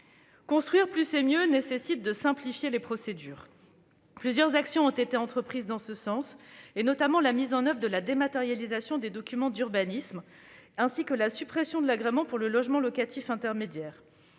Construire plus et mieux nécessite de simplifier les procédures. Plusieurs actions ont été entreprises en ce sens, notamment la mise en oeuvre de la dématérialisation des documents d'urbanisme, ainsi que la suppression de l'agrément pour le logement locatif intermédiaire.